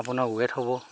আপোনাৰ ৱেট হ'ব